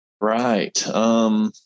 Right